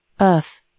earth